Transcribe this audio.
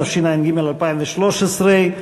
התשע"ג 2013,